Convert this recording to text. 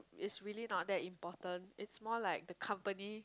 is really not that important it's more like the company